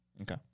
Okay